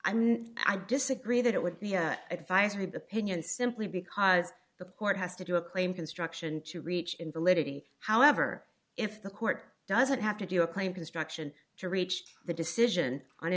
i mean i disagree that it would be an advisory opinion simply because the court has to do a claim construction to reach in validity however if the court doesn't have to do a claim construction to reach the decision on